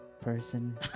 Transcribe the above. person